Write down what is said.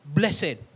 blessed